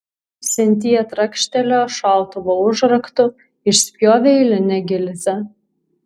sintija trakštelėjo šautuvo užraktu išspjovė eilinę gilzę